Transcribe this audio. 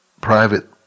private